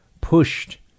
pushed